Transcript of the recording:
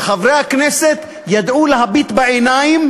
וחברי הכנסת ידעו להביט בעיניים